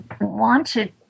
wanted